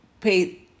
pay